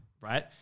right